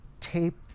tape